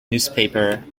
newspaper